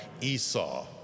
Esau